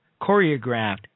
Choreographed